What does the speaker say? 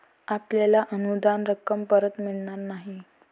आपल्याला अनुदान रक्कम परत मिळणार नाही